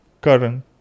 current